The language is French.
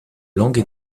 langue